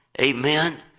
Amen